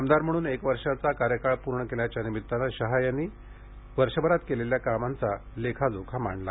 आमदार म्हणून क वर्षाचा कार्यकाळ पूर्ण केल्याच्या निमित्ताने शाह यांनी यावेळी वर्षभरात केलेल्या कामांचा लेखाजोखा मांडला